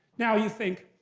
now you think,